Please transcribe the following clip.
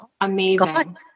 amazing